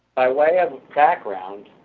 by way of background,